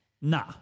Nah